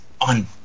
on